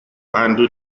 handle